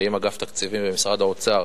ואם אגף התקציבים ומשרד האוצר